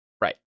right